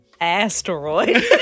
Asteroid